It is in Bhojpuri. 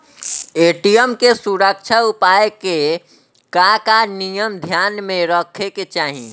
ए.टी.एम के सुरक्षा उपाय के का का नियम ध्यान में रखे के चाहीं?